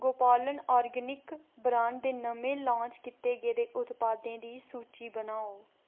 गोपालन organic brand दे नमें लान्च कीते गेदे उत्पादें दी सूची बनाओ